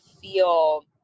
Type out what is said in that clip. feel